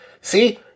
see